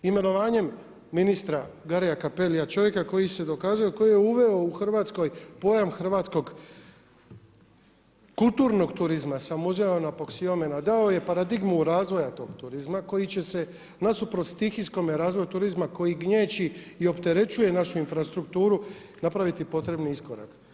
Imenovanjem ministra Garia Cappellia, čovjeka koji se dokazao i koji je uveo u Hrvatskoj pojam hrvatskog kulturnog turizma sam uzeo na Apoksiomena a dao je paradigmu razvoja tog turizma koji će se nasuprot stihijskome razvoju turizma koji gnječi i opterećuje našu infrastrukturu napraviti potrebni iskorak.